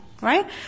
right